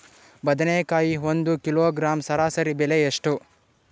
ಬದನೆಕಾಯಿ ಒಂದು ಕಿಲೋಗ್ರಾಂ ಸರಾಸರಿ ಬೆಲೆ ಎಷ್ಟು?